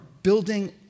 building